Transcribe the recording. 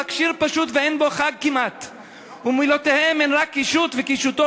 רק שיר פשוט / ואין בו חג כמעט / ומילותיו הן רק קישוט / וקישוטו,